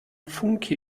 funke